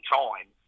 time